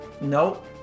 Nope